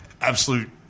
absolute